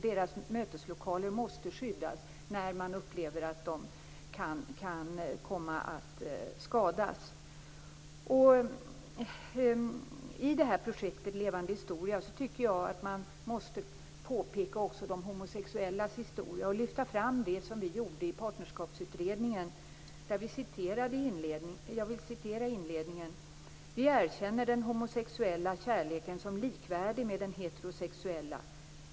Deras möteslokaler måste skyddas när man upplever att de kan komma att skadas. I projektet Levande historia tycker jag att man också måste påpeka de homosexuellas historia och lyfta fram det som vi gjorde i Partnerskapsutredningen. Jag vill citera inledningen: "Vi erkänner den homosexuella kärleken som likvärdig med den heterosexuella.